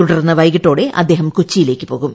തുടർന്ന് വൈകിട്ടോടെ അദ്ദേഹം കൊച്ചിയിലേക്ക് പോകും